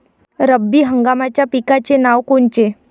रब्बी हंगामाच्या पिकाचे नावं कोनचे?